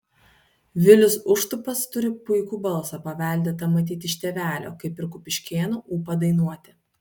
vilius užtupas turi puikų balsą paveldėtą matyt iš tėvelio kaip ir kupiškėnų ūpą dainuoti